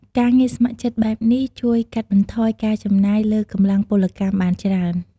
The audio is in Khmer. ការងារស្ម័គ្រចិត្តបែបនេះ ជួយកាត់បន្ថយការចំណាយលើកម្លាំងពលកម្មបានច្រើន។